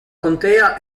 contea